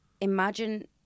imagine